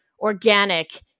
organic